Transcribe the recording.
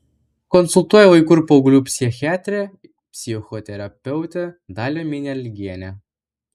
konsultuoja vaikų ir paauglių psichiatrė psichoterapeutė dalia minialgienė